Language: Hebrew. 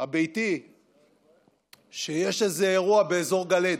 הביתי שיש איזה אירוע באזור גלעד.